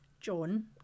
John